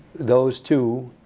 those two